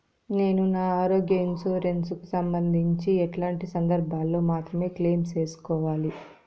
నేను నా ఆరోగ్య ఇన్సూరెన్సు కు సంబంధించి ఎట్లాంటి సందర్భాల్లో మాత్రమే క్లెయిమ్ సేసుకోవాలి?